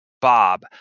Bob